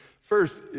First